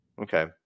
Okay